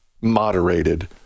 moderated